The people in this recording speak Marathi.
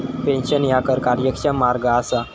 पेन्शन ह्या कर कार्यक्षम मार्ग असा